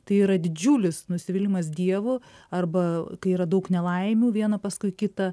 tai yra didžiulis nusivylimas dievu arba kai yra daug nelaimių viena paskui kitą